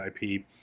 IP